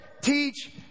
teach